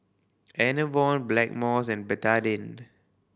Enervon Blackmores and Betadine